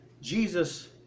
Jesus